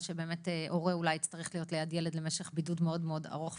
שהורה יצטרך להיות ליד ילד למשך בידוד ממושך,